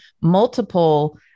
multiple